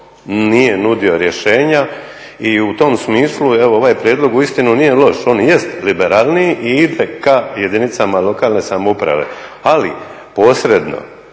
nije nudio rješenja i u tom smislu evo ovaj prijedlog uistinu nije loš. On jest liberalniji i ide ka jedinicama lokalne samouprave, ali posredno.